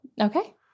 Okay